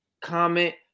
comment